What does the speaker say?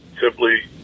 simply